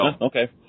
okay